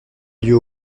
lieu